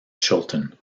chilton